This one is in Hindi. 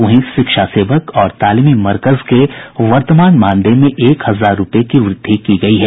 वहीं शिक्षा सेवक और तालिमी मरकज के वर्तमान मानदेय में एक हजार रूपये की वृद्धि की गई है